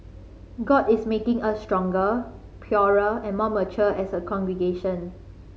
god is making us stronger purer and more mature as a congregation